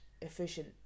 efficient